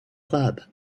club